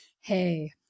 Hey